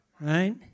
right